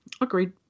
Agreed